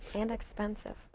and expensive.